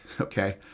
okay